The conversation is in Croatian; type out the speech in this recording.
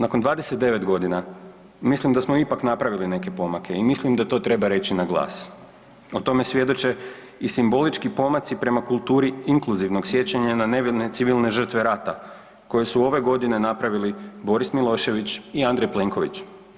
Nakon 29 godina mislim da smo ipak napravili neke pomake i mislim da to treba reći na glas, o tome svjedoče i simbolički pomaci prema kulturi inkluzivnog sjećanja na nevine civilne žrtve rata koje su ove godine napravili Boris Milošević i Andrej Plenković.